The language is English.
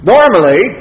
Normally